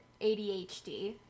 ADHD